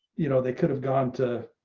you know, they could have gone to,